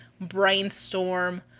brainstorm